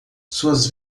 suas